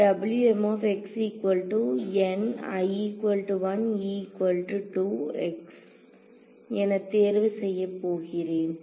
நான் என தேர்வு செய்யப் போகிறேன்